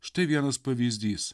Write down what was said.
štai vienas pavyzdys